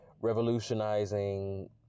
revolutionizing